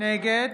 נגד